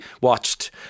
watched